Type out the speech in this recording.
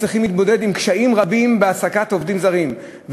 הם צריכים להתמודד עם קשיים רבים בהעסקת עובדים זרים.